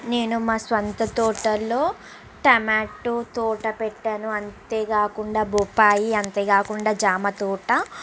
నేను మా సొంత తోటలో టమాటో తోట పెట్టాను అంతే కాకుండా బొప్పాయి అంతే కాకుండా జామతోట